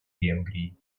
венгрии